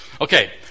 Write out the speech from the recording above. Okay